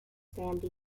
sandy